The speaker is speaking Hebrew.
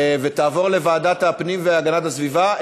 ותועבר לוועדת הפנים והגנת הסביבה?